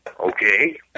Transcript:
Okay